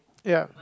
ya